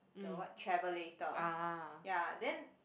the what travelator ya then